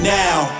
now